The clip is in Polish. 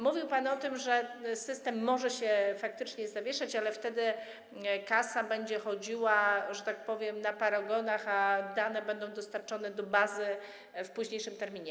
Mówił pan o tym, że system może się faktycznie zawieszać, ale wtedy kasa będzie działała, wydawała paragony, a dane będą dostarczone do bazy w późniejszym terminie.